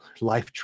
Life